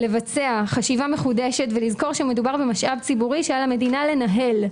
לבצע חשיבה מחודשת ולזכור שמדובר במשאב ציבורי שעל המדינה לנהל,